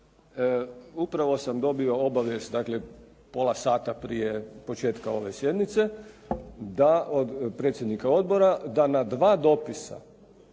upravo sam dobio obavijest dakle pola sata prije početka ove sjednice, od predsjednika odbora, da na dva dopisa